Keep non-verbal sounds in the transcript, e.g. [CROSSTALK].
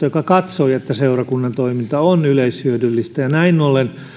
[UNINTELLIGIBLE] joka katsoi että seurakunnan toiminta on yleishyödyllistä ja näin ollen